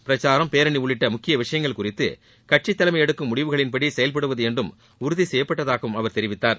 பிரச்சாரம் பேரணி உள்ளிட்ட முக்கிய விஷயங்கள் குறித்து கட்சி தலைமை எடுக்கும் முடிவுகளின்படி செயல்படுவது என்றும் உறுதி செய்யப்பட்டதாகவும் அவர் தெரிவித்தார்